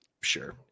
sure